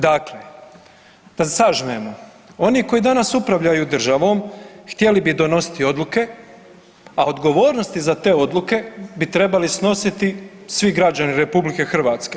Dakle, da sažmemo, oni koji danas upravljaju državom htjeli bi donositi odluke, a odgovornosti za te odluke bi trebali snositi svi građani RH.